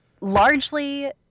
largely